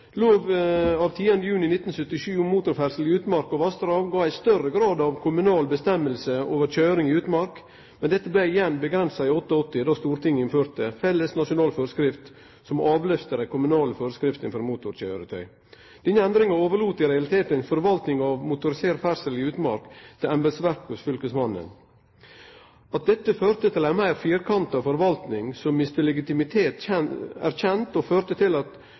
Lov av 10. juni 1977 om motorferdsel i utmark og vassdrag gav større grad av kommunal avgjerdsrett over køyring i utmark, men dette blei igjen avgrensa i 1988, då Stortinget innførte felles nasjonal forskrift som avløyste dei kommunale forskriftene for motorkøyretøy. Denne endringa overlét i realiteten forvaltinga av motorisert ferdsel i utmark til embetsverket hos fylkesmannen. At dette førte til ei meir firkanta forvalting som mista legitimitet, er kjent, og